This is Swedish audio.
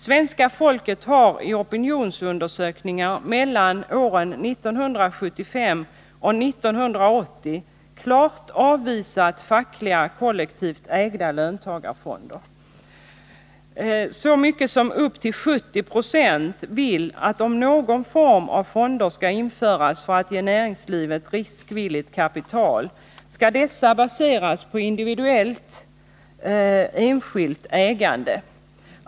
Svenska folket har i opinionsundersökningar mellan 1975 och 1980 klart avvisat fackliga kollektivt ägda löntagarfonder. Så mycket som upp till 70 96 vill att om någon form av fonder skall införas för att ge näringslivet riskvilligt kapital skall dessa baseras på individuellt enskilt ägnande.